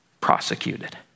prosecuted